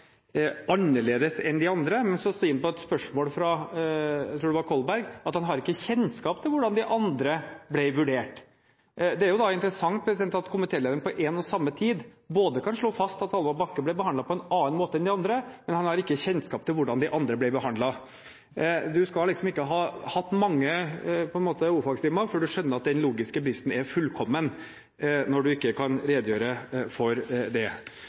annerledes enn for de andre, men så svarer han på et spørsmål fra – jeg tror det var – Kolberg at han ikke har kjennskap til hvordan de andre ble vurdert. Det er interessant at komitélederen kan slå fast at Hallvard Bakke ble behandlet på en annen måte enn de andre, mens han på samme tid ikke har kjennskap til hvordan de andre ble behandlet. Du skal ikke ha hatt mange o-fagstimer før du skjønner at den logiske bristen er fullkommen når du ikke kan redegjøre for det.